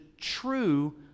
true